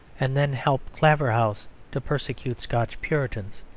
and then helped claverhouse to persecute scotch puritans,